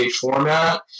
format